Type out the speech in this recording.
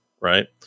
right